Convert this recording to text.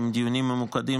עם דיונים ממוקדים,